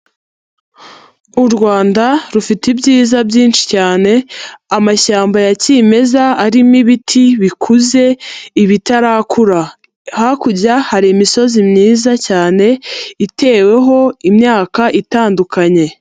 U Rwanda rufite ibyiza byinshi cyane, amashyamba ya kimeza arimo ibiti bikuze, ibitarakura, hakurya hari imisozi myiza cyane iteweho imyaka itandukanye.